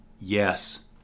Yes